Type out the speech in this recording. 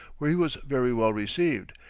where he was very well received,